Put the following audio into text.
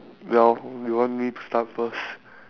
well you want me to start first